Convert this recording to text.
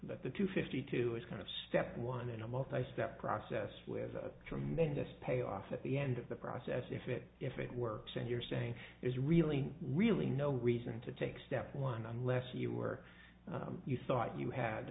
that the two fifty two is kind of step one in a multistep process with a tremendous payoff at the end of the process if it if it works and you're saying it's really really no reason to take step one unless you where you thought you had